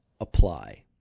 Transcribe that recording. apply